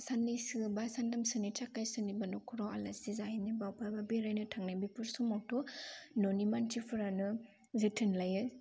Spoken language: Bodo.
सान्नैसो बा सानथामसोनि थाखाय सोरनिबा न'खराव आलासि जाहैनोबा बा अबेहायबा बेरायनो थांनाय बेफोर समावथ' न'नि मानसिफोरानो जोथोन लायो